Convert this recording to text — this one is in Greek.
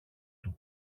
του